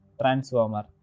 Transformer